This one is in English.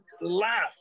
laugh